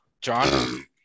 John